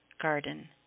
garden